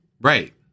Right